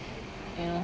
you know